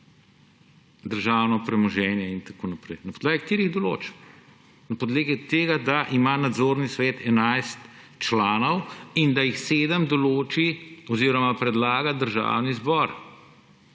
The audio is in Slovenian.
državno premoženje in tako naprej. Na podlagi katerih določb? Na podlagi tega, da ima nadzorni svet 11 članov in da jih 7 določi oziroma predlaga Državni zbor.